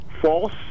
false